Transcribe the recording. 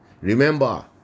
Remember